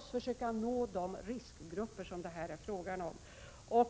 försöka nå de riskgrupper som det här är fråga om.